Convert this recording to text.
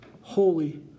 Holy